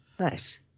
Nice